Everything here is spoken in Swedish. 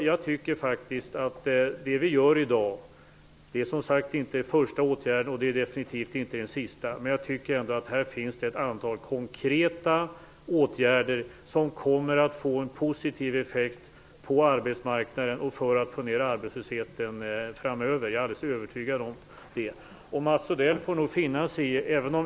Jag tycker faktiskt att det i det vi gör i dag - det är som sagt inte den första åtgärden och definitivt inte den sista - finns ett antal konkreta åtgärder som kommer att få en positiv effekt på arbetsmarknaden och bidra till att få ned arbetslösheten framöver. Jag är alldeles övertygad om det.